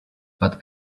but